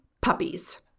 Puppies